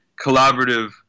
collaborative